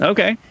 Okay